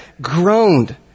groaned